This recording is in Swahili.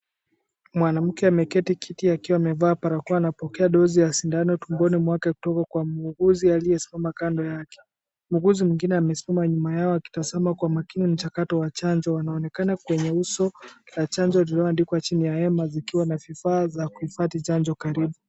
Mwanamke ameketi kiti akiwa amevaa barakoa. Anapokea dozi ya sindano tumboni mwake kutoka kwa muuguzi aliyesimama kando yake. Muuguzi mwingine amesimama nyuma yao akitazama kwa makini mchakato wa chanjo. Anaonekana kwenye uso na chanjo lililoandikwa chini ya hema zikiwa na vifaa za kuhifadhi chanjo karibu.